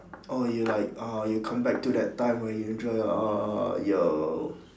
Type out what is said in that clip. oh you like ah you come back to that time where you enjoy your your